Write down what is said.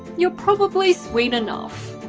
you're probably sweet enough.